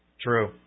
True